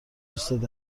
دوستت